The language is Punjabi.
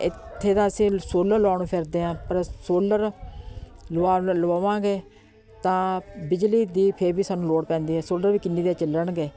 ਇੱਥੇ ਤਾਂ ਅਸੀਂ ਸੋਲਰ ਲਾਉਣ ਨੂੰ ਫਿਰਦੇ ਹਾਂ ਪਰ ਸੋਲਰ ਲਵਾਲ ਲਵਾਂਵਾਗੇ ਤਾਂ ਬਿਜਲੀ ਦੀ ਫੇਰ ਵੀ ਸਾਨੂੰ ਲੋੜ ਪੈਂਦੀ ਹੈ ਸੋਲਰ ਵੀ ਕਿੰਨੀ ਦੇਰ ਚੱਲਣਗੇ